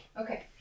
Okay